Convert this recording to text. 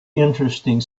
interesting